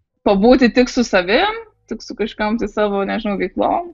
pabūti tik su savim tik su kažkokiom tai savo nežinau veiklom